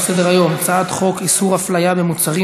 סדר-היום: הצעת חוק איסור הפליה במוצרים,